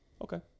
Okay